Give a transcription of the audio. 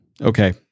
Okay